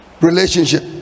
relationship